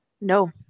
No